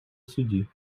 суді